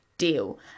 deal